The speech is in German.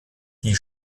die